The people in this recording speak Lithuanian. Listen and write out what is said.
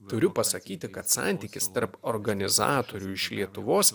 turiu pasakyti kad santykis tarp organizatorių iš lietuvos